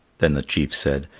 then the chief said,